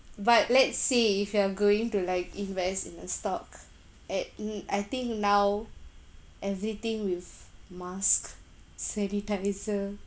but let's say if you are going to like invest in a stock at hmm I think now everything with mask sanitiser